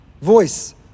voice